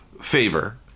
favor